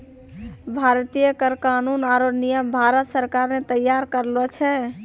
भारतीय कर कानून आरो नियम भारत सरकार ने तैयार करलो छै